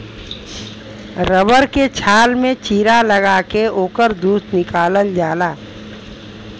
rubber के छाल में चीरा लगा के ओकर दूध निकालल जाला